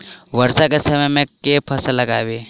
वर्षा केँ समय मे केँ फसल लगाबी?